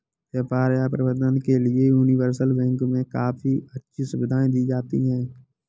व्यापार या प्रबन्धन के लिये यूनिवर्सल बैंक मे काफी अच्छी सुविधायें दी जाती हैं